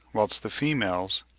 whilst the females,